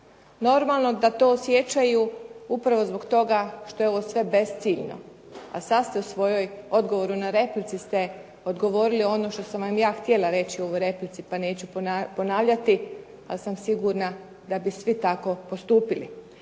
Normalno da to osjećaju upravo zbog toga što je ovo sve besciljno a sad ste u svom odgovoru na repliku odgovorili ono što sam vam ja htjela reći u ovoj replici pa neću ponavljati, ali sam sigurna da bi svi tako postupili.